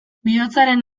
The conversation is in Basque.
bihotzaren